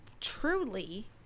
truly